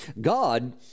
God